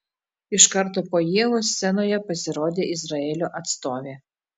iš karto po ievos scenoje pasirodė izraelio atstovė